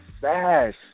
fast